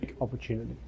opportunity